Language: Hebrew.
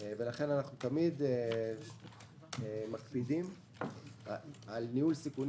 לכן אנחנו תמיד מקפידים על ניהול סיכונים